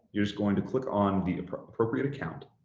you're going to click on the appropriate account,